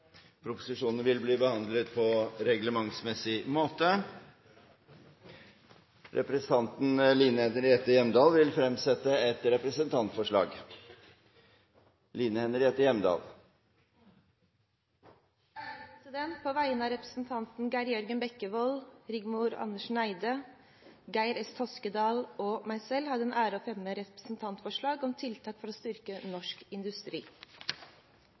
og vil ta sete. Representanten Line Henriette Hjemdal vil fremsette et representantforslag. På vegne av representantene Geir Jørgen Bekkevold, Rigmor Andersen Eide, Geir S. Toskedal og meg selv har jeg den ære å fremme representantforslag om tiltak for å styrke norsk industri.